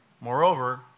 Moreover